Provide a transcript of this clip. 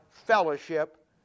fellowship